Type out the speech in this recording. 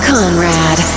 Conrad